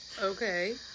okay